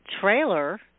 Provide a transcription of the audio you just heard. trailer